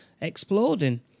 exploding